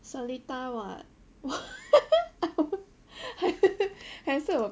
seletar what 还是我